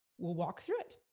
we'll walk through it.